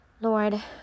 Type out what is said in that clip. Lord